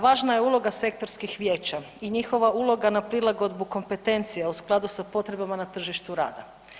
Važna je uloga sektorskih vijeća i njihova uloga na prilagodbu kompetencija u skladu sa potrebama na tržištu rada.